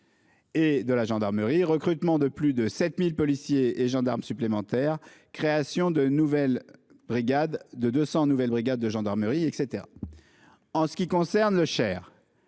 et de la gendarmerie, recrutement de plus de 7 000 policiers et gendarmes supplémentaires, création de 200 nouvelles brigades de gendarmerie, etc. En ce qui concerne le